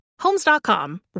Homes.com